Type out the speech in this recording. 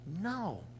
No